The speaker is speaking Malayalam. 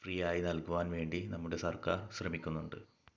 ഫ്രീ ആയി നൽകുവാൻ വേണ്ടി നമ്മുടെ സർക്കാർ ശ്രമിക്കുന്നുണ്ട്